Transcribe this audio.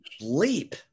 leap